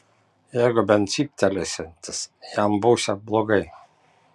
jeigu bent cyptelėsiantis jam būsią blogai